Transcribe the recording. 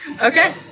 Okay